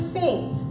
faith